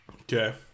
okay